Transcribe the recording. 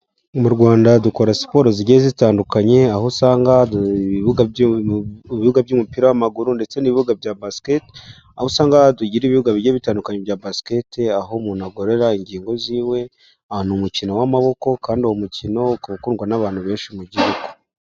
Mu Rwanda dukora siporo zigiye zitandukanye. Aho usanga hadu ibibuga by'umupira w'amaguru ndetse n'ibibuga bya basikete. Aho usanga tugira ibibuga bigiye bitandukanye bya basikete. Aho umuntu agororera ingingo ziwe. Hari umukino w'amaboko, kandi uwo mukino ukundwa n'abantu benshi mu gihugu.